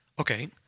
Okay